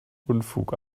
unfug